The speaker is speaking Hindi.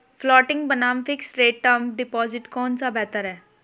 फ्लोटिंग बनाम फिक्स्ड रेट टर्म डिपॉजिट कौन सा बेहतर है?